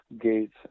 Gates